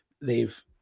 they've-